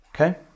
Okay